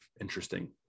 interesting